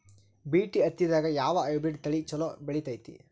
BT ಹತ್ತಿದಾಗ ಯಾವ hybrid ತಳಿ ಛಲೋ ಬೆಳಿತೈತಿ?